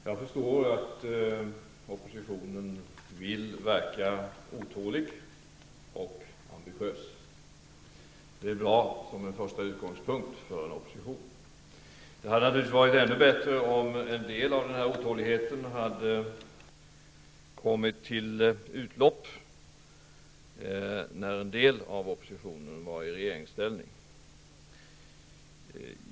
Herr talman! Jag förstår att oppositionen vill verka otålig och ambitiös. Det är bra som en första utgångspunkt för en opposition. Det hade naturligtvis varit ännu bättre om något av den här otåligheten hade kommit till utlopp när en del av oppositionen var i regeringsställning.